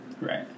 Right